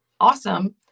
awesome